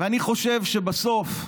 ואני חושב שבסוף,